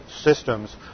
systems